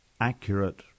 accurate